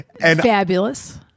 Fabulous